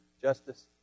justice